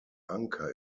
anker